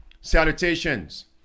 salutations